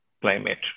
climate